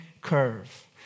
curve